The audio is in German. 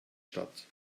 statt